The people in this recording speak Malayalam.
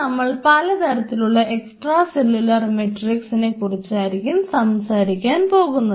ഇനി നമ്മൾ പല തരത്തിലുള്ള എക്സ്ട്രാ സെല്ലുലാർ മെട്രിക്സിനെ കുറിച്ചായിരിക്കും സംസാരിക്കാൻ പോകുന്നത്